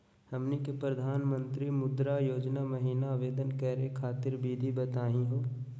हमनी के प्रधानमंत्री मुद्रा योजना महिना आवेदन करे खातीर विधि बताही हो?